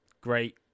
great